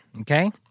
okay